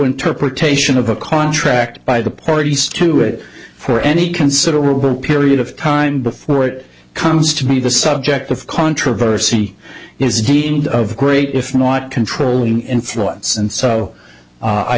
interpretation of a contract by the parties to it for any considerable period of time before it comes to be the subject of controversy is deemed of great if not controlling influence and so